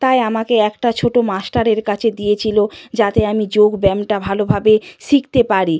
তাই আমাকে একটা ছো্টো মাস্টারের কাছে দিয়েছিল যাতে আমি যোগব্যায়ামটা ভালোভাবে শিখতে পারি